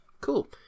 Cool